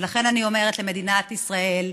ולכן אני אומרת: למדינת ישראל,